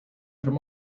from